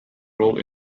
role